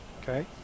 okay